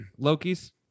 Lokis